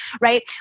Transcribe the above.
right